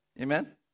Amen